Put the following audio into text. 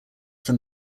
from